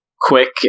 quick